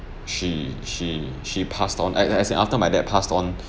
she she she passed on at like I said after my dad passed on